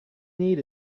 need